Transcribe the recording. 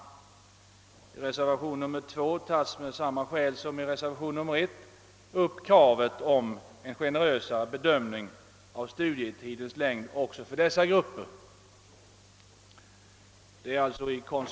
I reservationen 2 framför reservanterna, i konsekvens med den motivering som anföres i reservationen 1, kravet på en generösare bedömning av studietidens längd för dessa grupper.